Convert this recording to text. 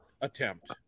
attempt